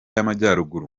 y’amajyaruguru